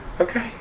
Okay